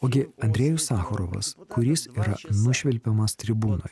ogi andrejus sacharovas kuris yra nušvilpiamas tribūnoj